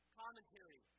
commentary